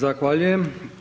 Zahvaljujem.